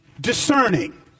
discerning